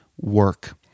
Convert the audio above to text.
work